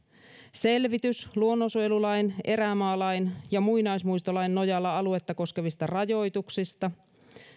selvitys luonnonsuojelulain erämaalain ja muinaismuistolain nojalla aluetta koskevista rajoituksista